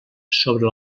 sobre